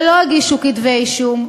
ולא הגישו כתבי-אישום,